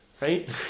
right